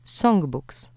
songbooks